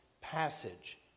passage